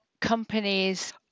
companies